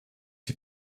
die